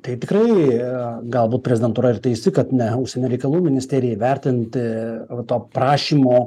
tai tikrai galbūt prezidentūra ir teisi kad ne užsienio reikalų ministerijai įvertinti o to prašymo